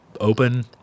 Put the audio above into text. open